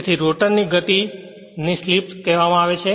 તેથી તેને રોટર ની સ્લિપ કહેવામાં આવે છે